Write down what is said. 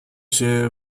się